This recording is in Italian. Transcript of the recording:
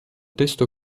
testo